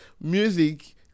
music